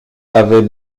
avait